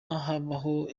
habaho